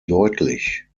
deutlich